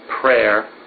prayer